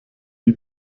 die